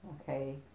Okay